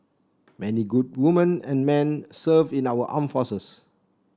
many good women and men serve in our arm forces